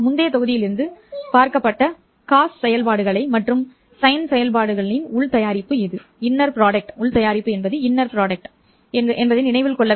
முந்தைய தொகுதியிலிருந்து காணப்பட்ட காஸ் செயல்பாடு மற்றும் சைன் செயல்பாட்டின் உள் தயாரிப்பு இது என்பதை நினைவில் கொள்க